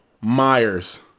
Myers